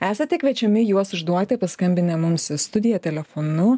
esate kviečiami juos užduoti paskambinę mums į studiją telefonu